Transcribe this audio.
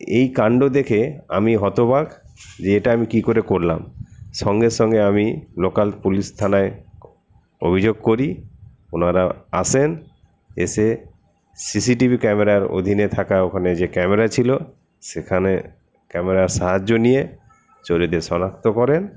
এই কান্ড দেখে আমি হতবাক যে এটা আমি কি করে করলাম সঙ্গে সঙ্গে আমি লোকাল পুলিশ থানায় অভিযোগ করি ওনারা আসেন এসে সিসিটিভি ক্যামেরার অধীনে থাকা ওখানে যে ক্যামেরা ছিল সেখানে ক্যামেরার সাহায্য নিয়ে চোরেদের শনাক্ত করেন